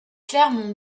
clermont